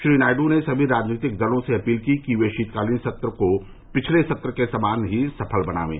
श्री नायड् ने सभी राजनीतिक दलों से अपील की कि वे शीतकालीन सत्र को पिछले सत्र के समान ही सफल बनाएं